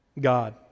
god